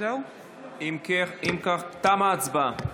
אם כך, תמה ההצבעה.